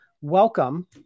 welcome